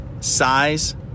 size